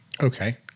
okay